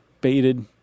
baited